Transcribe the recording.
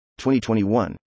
2021